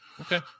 okay